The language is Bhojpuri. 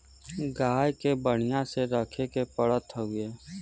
गाय के बढ़िया से रखे के पड़त हउवे